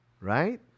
Right